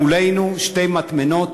מולנו שתי מטמנות,